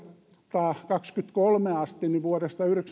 kaksituhattakaksikymmentäkolme asti vuodesta